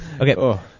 Okay